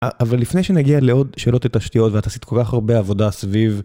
אבל לפני שנגיע לעוד שאלות על תשתיות, ואתה עשית כל כך הרבה עבודה סביב.